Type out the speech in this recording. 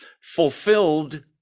fulfilled